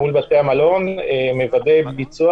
מול בתי המלון, מוודא ביצוע